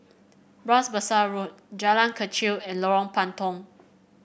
Bras Basah Road Jalan Kechil and Lorong Puntong